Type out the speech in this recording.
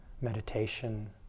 meditation